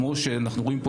כמו שאנחנו רואים,